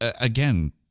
Again